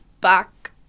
back